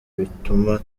bituma